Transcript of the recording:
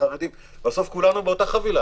חרדים בסוף כולנו באותה חבילה.